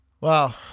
Wow